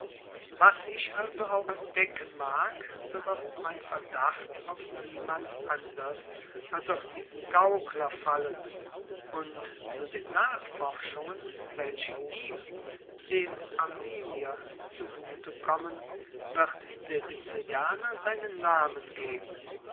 was ich also auch entdecken mag so wird mein verdacht auf niemand anders als auf diesen gaukler fallen und zu den nachforschungen welche ihm dem armenier zugute kommen wird der sizilianer seinen namen geben